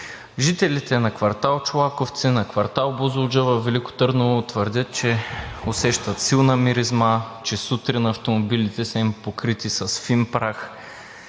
Жителите на квартал „Чолаковци“, на квартал „Бузлуджа“ във Велико Търново твърдят, че усещат силна миризма, че сутрин автомобилите са им покрити с фин прах